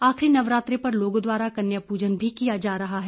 आखिरी नवरात्रे पर लोगों द्वारा कन्या पूजन भी किया रहा है